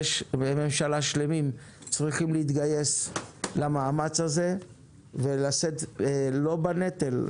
ממשלה שלמים צריכים להתגייס למאמץ הזה ולשאת לא בנטל,